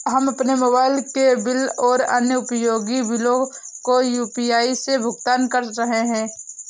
हम अपने मोबाइल के बिल और अन्य उपयोगी बिलों को यू.पी.आई से भुगतान कर रहे हैं